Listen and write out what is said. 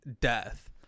death